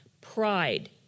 Pride